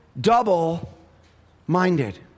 double-minded